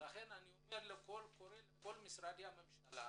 ולכן אני קורא לכל משרדי הממשלה